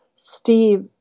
Steve